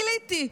גיליתי: